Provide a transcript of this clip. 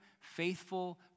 faithful